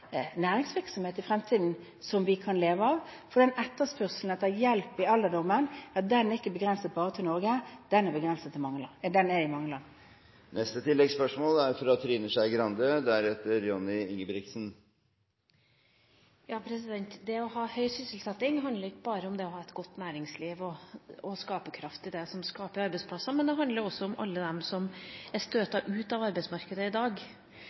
næringsvirksomhet som vi kan leve av i fremtiden? For etterspørselen etter hjelp i alderdommen er ikke begrenset bare til Norge, den er i mange land. Trine Skei Grande – til oppfølgingsspørsmål. Det å ha høy sysselsetting handler ikke bare om det å ha et godt næringsliv og skaperkraft i det som skaper arbeidsplasser, men det handler også om alle dem som er støtt ut av arbeidsmarkedet i dag.